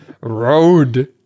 Road